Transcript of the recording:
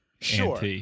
Sure